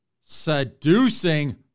Seducing